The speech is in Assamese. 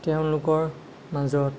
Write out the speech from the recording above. তেওঁলোকৰ মাজত